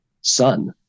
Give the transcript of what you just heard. son